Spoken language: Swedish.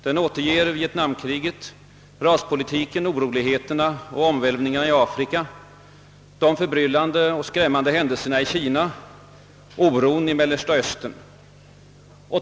Den återger vietnamkriget, raspolitiken, oroligheterna och omvälvningarna i Afrika, de förbryllande och skrämmande händelser na i Kina och oron i Mellersta Östern.